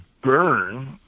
burn